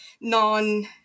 non